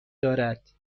دارد